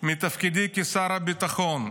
מתפקידי כשר הביטחון.